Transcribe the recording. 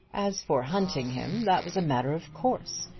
as for hunting him that was a matter of course.